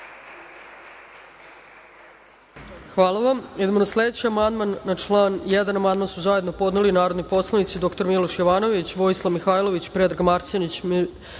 Hvala vam. Idemo na sledeći amandman na član 1. amandman su zajedno podneli narodni poslanici dr Miloš Jovanović, Vojislav Mihajlović, Predrag Marsenić,